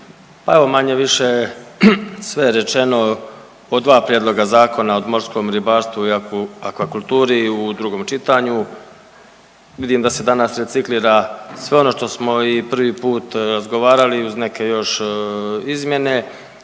evo manje-više je sve rečeno o dva prijedloga zakona o morskom ribarstvu i akvakulturi u drugom čitanju. Vidim da se danas reciklira sve ono što smo i prvi put razgovarali uz neke još izmjene.